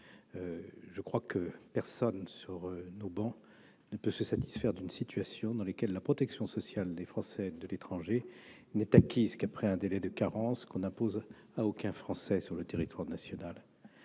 période à Personne, sur nos travées, ne peut se satisfaire d'une situation dans laquelle la protection sociale des Français de l'étranger n'est acquise qu'après un délai de carence qui n'est imposé à aucun Français sur le territoire national.